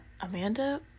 Amanda